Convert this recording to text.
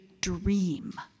dream